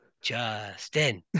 justin